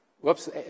whoops